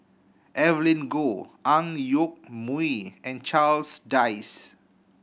Evelyn Goh Ang Yoke Mooi and Charles Dyce